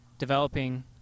developing